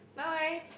no worries